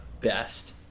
best